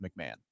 McMahon